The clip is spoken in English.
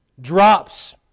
drops